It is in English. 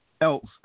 else